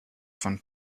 von